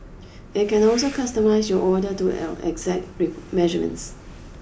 it can also customise your order to L exact measurements